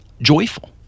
joyful